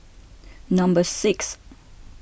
number six